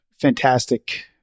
fantastic